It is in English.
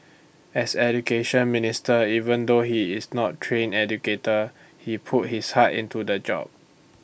as Education Minister even though he is not trained educator he put his heart into the job